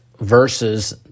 versus